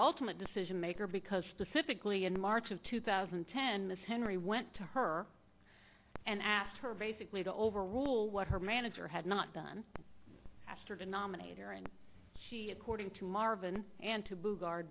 ultimate decision maker because specifically in march of two thousand and ten ms henry went to her and asked her basically to overrule what her manager had not done after denominator and she according to marvin and to